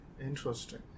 Interesting